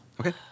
Okay